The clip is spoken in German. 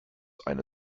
eine